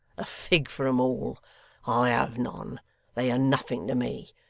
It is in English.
a fig for em all i have none they are nothing to me.